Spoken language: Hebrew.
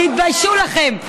תתביישו לכם.